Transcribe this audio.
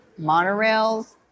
monorails